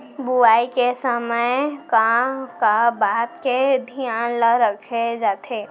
बुआई के समय का का बात के धियान ल रखे जाथे?